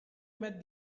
met